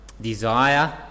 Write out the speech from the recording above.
desire